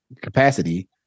capacity